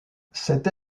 cette